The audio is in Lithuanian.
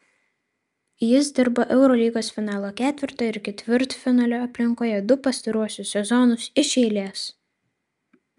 jis dirbo eurolygos finalo ketverto ir ketvirtfinalio aplinkoje du pastaruosius sezonus iš eilės